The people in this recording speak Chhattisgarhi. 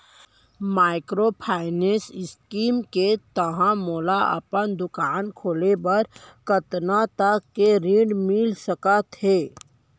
माइक्रोफाइनेंस स्कीम के तहत मोला अपन दुकान खोले बर कतना तक के ऋण मिलिस सकत हे?